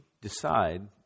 decide